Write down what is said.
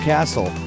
Castle